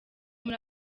muri